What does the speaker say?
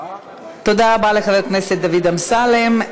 תודה רבה לחבר הכנסת דוד אמסלם.